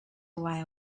away